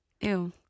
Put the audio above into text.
ew